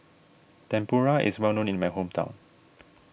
Tempura is well known in my hometown